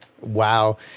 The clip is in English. wow